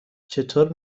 چطور